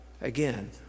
Again